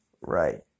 Right